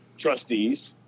trustees